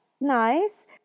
nice